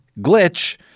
glitch